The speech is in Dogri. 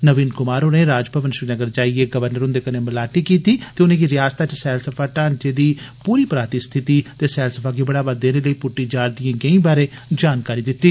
नवीन कुमार होरें राजभवन श्रीनगर जाइयै गवर्नर हुंदे कन्नै मलाटी कीती ते उनेंगी रिआसता च सैलसफा ढांचे दी पूरी पराती स्थिति ते सैलसफा गी बढ़ावा देने लेई पुट्टी जा रदी गैहीं बारै जानकारी दित्ती